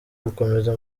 gukomeza